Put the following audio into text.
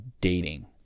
dating